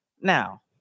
Now